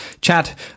Chad